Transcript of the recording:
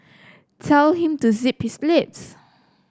tell him to zip his lips